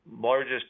largest